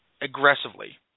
aggressively